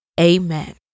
Amen